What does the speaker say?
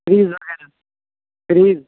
fridge وغیرہ fridge